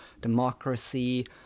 democracy